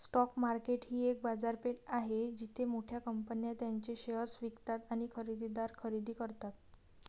stock market ही एक बाजारपेठ आहे जिथे मोठ्या कंपन्या त्यांचे शेअर्स विकतात आणि खरेदीदार खरेदी करतात